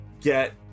get